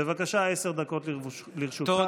בבקשה, 19 דקות לרשותך,